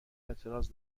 اعتراض